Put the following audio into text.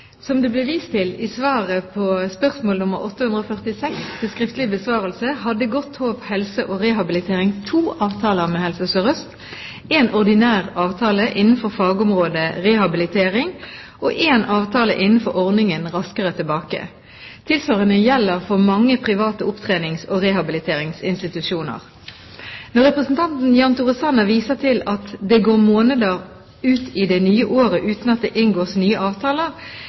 Som det ble vist til i svaret på spørsmål nr. 846 til skriftlig besvarelse, hadde Godthaab Helse og Rehabilitering to avtaler med Helse Sør-Øst – én ordinær avtale innenfor fagområdet rehabilitering og én avtale innenfor ordningen Raskere tilbake. Tilsvarende gjelder for mange private opptrenings- og rehabiliteringsinstitusjoner. Når representanten Jan Tore Sanner viser til at «det går måneder ut i det nye året uten at det inngås